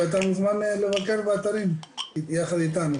אתה מוזמן לבקר באתרים יחד איתנו.